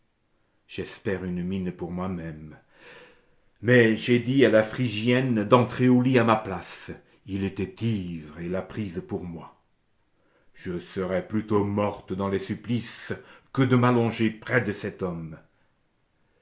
j'espère une mine pour moi-même mais j'ai dit à la phrygienne d'entrer au lit à ma place il était ivre et l'a prise pour moi je serais plutôt morte dans les supplices que de m'allonger près de cet homme